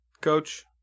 Coach